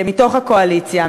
מתוך הקואליציה,